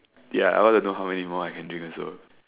ya I wanna know how many more I can drink also